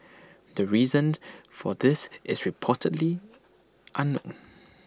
the reason for this is reportedly unknown